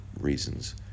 reasons